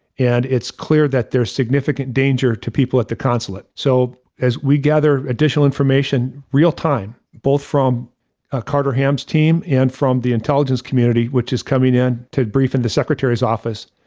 and it's clear that there's significant danger to people at the consulate. so, as we gather additional information real time, both from ah carter ham's team and from the intelligence community, which is coming in to brief in the secretary's office,